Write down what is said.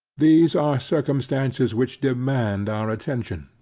these are circumstances which demand our attention,